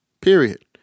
period